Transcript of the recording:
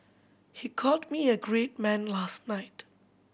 he called me a great man last night